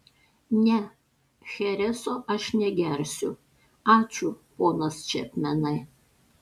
ne chereso aš negersiu ačiū ponas čepmenai